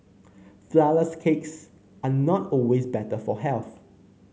flourless cakes are not always better for health